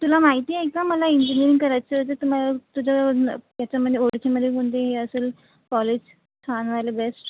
तुला माहिती आहे का मला इंजिनीअरिंग करायचं होतं तू मला तुझं ह्याचं म्हणजे ओरिजिनमध्ये कोणतं हे असेल कॉलेज छानवालं बेस्ट